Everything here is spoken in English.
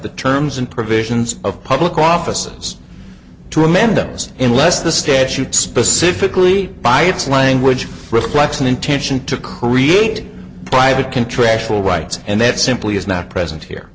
the terms and provisions of public offices to amend us in less the statute specifically by its language reflects an intention to create private contractual rights and that simply is not present here